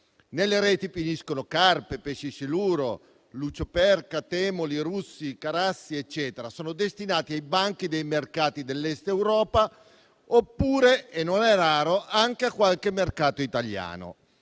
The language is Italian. Nelle reti finiscono carpe, pesci siluro, lucioperca, temoli russi, carassi e quant'altro, che sono destinati ai banchi dei mercati dell'Est Europa oppure - e non è raro - anche a qualche mercato italiano.